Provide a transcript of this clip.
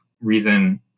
reason